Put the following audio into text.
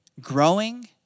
growing